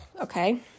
okay